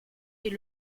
est